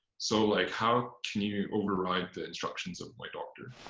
so, like, how can you override the instructions of my doctor?